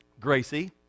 Gracie